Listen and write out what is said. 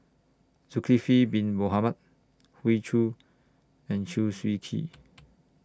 Zulkifli Bin Mohamed Hoey Choo and Chew Swee Kee